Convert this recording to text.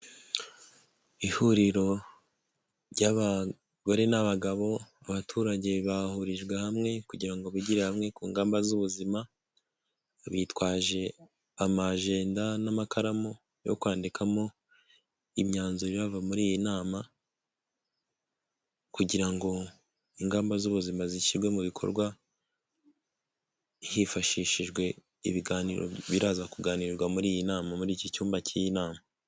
Ihuriro ry'abagore n'abagabo, abaturage bahurijwe hamwe kugira ngo bigire hamwe ku ngamba z'ubuzima, bitwaje amajenda n'amakaramu yo kwandikamo imyanzuro irava muri iyi nama kugira ngo ingamba z'ubuzima zishyirwe mu bikorwa hifashishijwe ibiganiro biraza kuganirwa muri iyi nama muri iki cyumba cy'iyi nama.